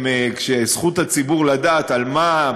כשזכות הציבור לדעת על מה,